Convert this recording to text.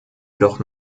jedoch